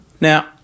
Now